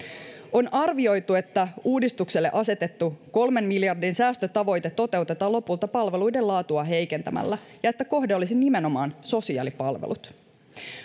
on arvioitu että uudistukselle asetettu kolmen miljardin säästötavoite toteutetaan lopulta palveluiden laatua heikentämällä ja että kohde olisi nimenomaan sosiaalipalvelut